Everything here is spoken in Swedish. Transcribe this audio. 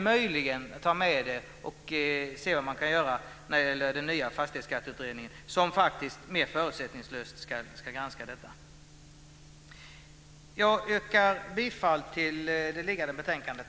Möjligen kan man ta med det och se vad man kan göra i den nya fastighetsskatteutredningen, som mer förutsättningslöst ska granska detta. Jag yrkar bifall till utskottets förslag i det föreliggande betänkandet.